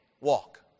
walk